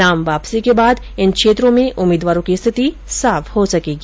नाम वापसी के बाद इन क्षेत्रों में उम्मीदवारों की स्थिति साफ हो सकेगी